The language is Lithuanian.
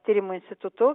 tyrimų institutu